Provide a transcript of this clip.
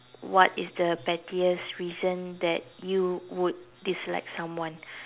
what is the pettiest reason that you would dislike someone